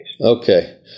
okay